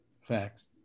Facts